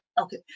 okay